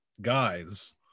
guys